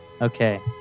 Okay